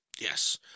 Yes